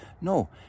No